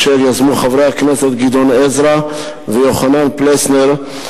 אשר יזמו חברי הכנסת גדעון עזרא ויוחנן פלסנר,